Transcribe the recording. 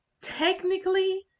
technically